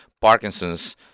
Parkinson's